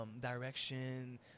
direction